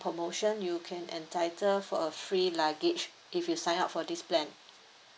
promotion you can entitle for a free luggage if you sign up for this plan